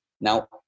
now